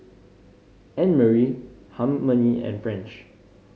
Annmarie Harmony and French